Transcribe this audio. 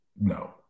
No